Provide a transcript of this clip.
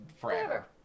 Forever